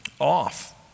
off